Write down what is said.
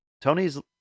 Tony's